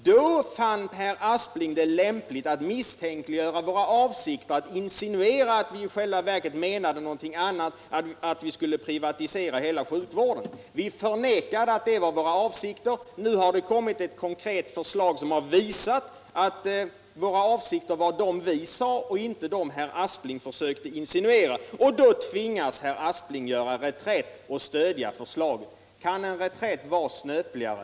Då fann herr Aspling det lämpligt att misstänkliggöra våra avsikter och insinuerade att vi i själva verket menade något annat samt att vi ville privatisera hela sjukvården. Vi förnekade att detta var vår avsikt, och nu har det lagts ett konkret förslag som visar att våra avsikter var de som vi sade, inte de som herr Aspling försökte insinuera. Då tvingas herr Aspling till reträtt och stöder förslaget. Kan en reträtt vara snöpligare?